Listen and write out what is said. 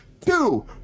two